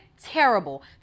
terrible